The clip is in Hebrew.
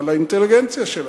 על האינטליגנציה שלהם.